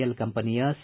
L ಕಂಪನಿಯ C